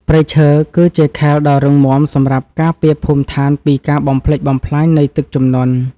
ព្រៃឈើគឺជាខែលដ៏រឹងមាំសម្រាប់ការពារភូមិឋានពីការបំផ្លិចបំផ្លាញនៃទឹកជំនន់។